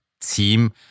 team